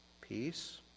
peace